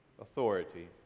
authority